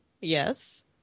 Yes